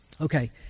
Okay